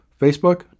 Facebook